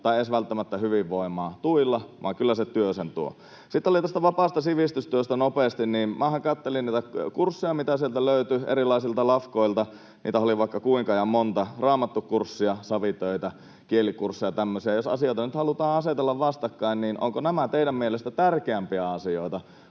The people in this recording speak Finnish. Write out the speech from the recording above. tai edes välttämättä hyvinvoivaa tuilla, vaan kyllä se työ sen tuo. Sitten tästä vapaasta sivistystyöstä nopeasti: Minä katselin niitä kursseja, mitä sieltä löytyy erilaisilta lafkoilta. Niitähän oli vaikka kuinka ja monta: raamattukurssia, savitöitä, kielikursseja ja tämmöisiä. Jos asioita nyt halutaan asetella vastakkain, niin ovatko nämä teidän mielestänne tärkeämpiä asioita